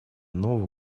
нового